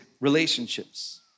relationships